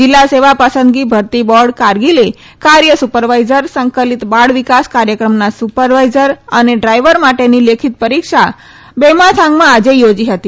જીલ્લા સેવા પસંદગી ભરતી બોર્ડ કારગીલે કાર્ય સુપરવાઇઝર્સ સંકલિત બાળ વિકાસ કાર્યક્રમના સુપરવાઇઝર અને ડ્રાઇવર માટેની લેખિત પરીક્ષા બેમાથાંગમાં આજે યોજાઇ હતી